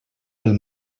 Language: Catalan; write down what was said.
pel